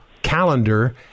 calendar